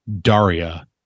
Daria